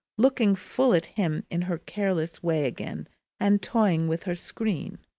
looking full at him in her careless way again and toying with her screen.